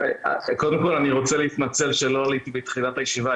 קודם כל אני רוצה להתנצל שלא עליתי בתחילת הישיבה,